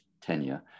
tenure